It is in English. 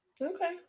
Okay